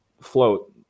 float